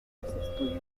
los